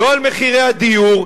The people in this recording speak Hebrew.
לא על מחירי הדיור.